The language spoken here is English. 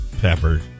Pepper